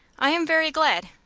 i am very glad.